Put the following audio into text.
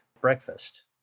breakfast